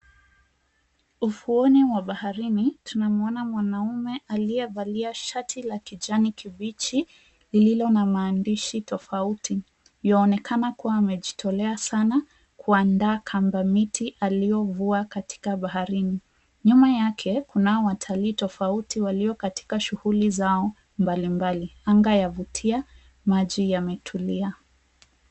Ufuoni mwa baharini tunamuona mwanaume aliyevalia shati la kijani kibichi lililo na maandishi tofauti. Yuwaonekana kuwa amejitolea sana kuandaa kamba miti aliyovua katika baharini. Nyuma yake kunao watalii tofauti waliokatika shuhuli za mbalimbali. Anga yavutia, maji yametulia.